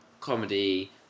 comedy